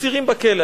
אסירים בכלא.